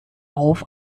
auf